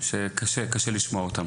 שקשה לשמוע אותם.